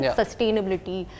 sustainability